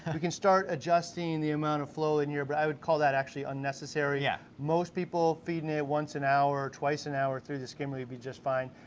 we can start adjusting the amount of flow in here but i would call that actually unnecessary. yeah. most people, feedin' it once an hour, twice an hour through the skimmer, you'll be just fine.